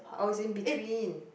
oh is in between